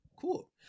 Cool